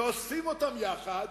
ואוספים אותן יחד,